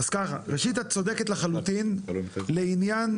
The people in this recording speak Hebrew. ראשית את צודקת לחלוטין לעניין